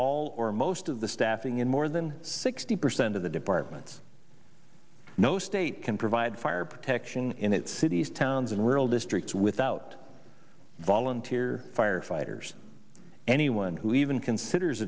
all or most of the staffing in more than sixty percent of the departments no state can provide fire protection in its cities towns and rural districts without volunteer firefighters anyone who even considers